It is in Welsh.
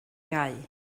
iau